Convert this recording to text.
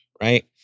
Right